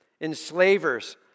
enslavers